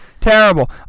Terrible